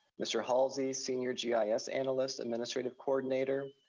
mr. halsey, senior gis gis analyst administrative coordinator,